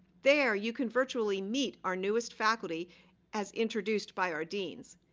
there you can virtually meet our newest faculty as introduced by our deans.